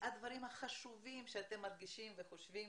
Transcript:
דברו על הדברים החשובים שאתם מרגישים וחושבים